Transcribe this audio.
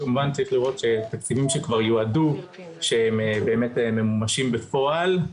כמובן שצריך לראות שתקציבים שכבר יועדו באמת ממומשים בפועל,